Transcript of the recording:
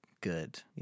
good